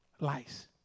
lies